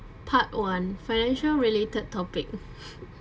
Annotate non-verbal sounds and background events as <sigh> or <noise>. part one financial related topic <breath>